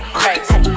crazy